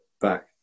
back